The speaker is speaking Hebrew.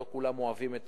לא כולם אוהבים את